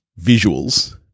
visuals